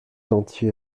entier